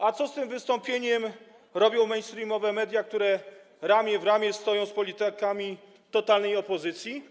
A co z tym wystąpieniem robią mainstreamowe media, które ramię w ramię stoją z politykami totalnej opozycji?